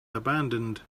abandoned